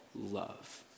love